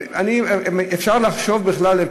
אפשר לחשוב בכלל,